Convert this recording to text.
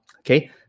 okay